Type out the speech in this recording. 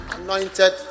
anointed